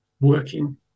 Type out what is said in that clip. working